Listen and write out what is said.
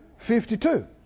52